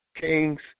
Kings